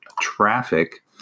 traffic